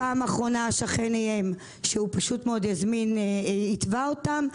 בפעם האחרונה השכן איים שהוא פשוט יתבע אותם.